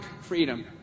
freedom